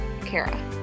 Kara